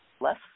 less